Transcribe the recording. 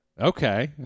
Okay